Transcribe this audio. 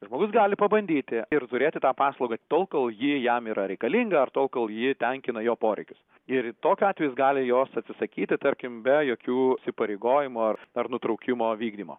žmogus gali pabandyti ir turėti tą paslaugą tol kol ji jam yra reikalinga ar tol kol ji tenkina jo poreikius ir tokiu atveju jis gali jos atsisakyti tarkim be jokių įsipareigojimų ar ar nutraukimo vykdymo